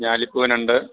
ഞാലിപ്പൂവനുണ്ട്